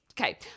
Okay